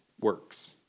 works